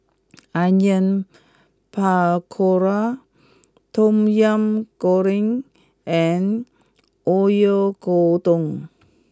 Onion Pakora Tom Yam Goong and Oyakodon